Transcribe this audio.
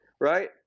Right